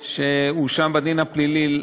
שהואשם בדין הפלילי,